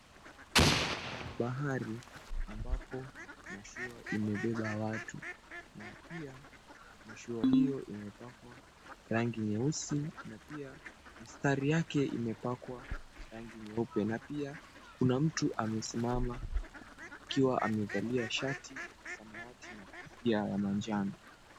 Ni kwenye bahari ambapo mashua imebeba watu. Na pia mashua hiyo imepakwa rangi nyeusi na pia mistari yake imepakwa rangi nyeupe. Na pia kuna mtu amesimama akiwa amevalia shati ya samawati na kofia ya manjano.